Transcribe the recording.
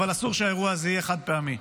אבל אסור שהאירוע הזה יהיה חד-פעמי.